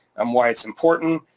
um why it's important,